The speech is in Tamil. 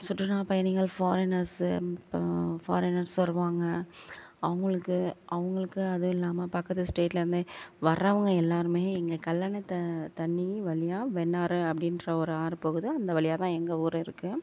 சுற்றுலா பயணிகள் ஃபாரினர்ஸ்ஸு இப்போ ஃபாரினர்ஸ் வருவாங்க அவங்களுக்கு அவங்களுக்கு அதுவும் இல்லாமல் பக்கத்து ஸ்டேட்டில் இருந்து வர்றவங்க எல்லாருமே எங்கள் கல்லணை த தண்ணி வழியா வெண்ணாறு அப்படின்ற ஒரு ஆறு போகுது அந்த வழியாதான் எங்கள் ஊரே இருக்குது